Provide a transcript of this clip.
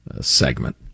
segment